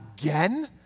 again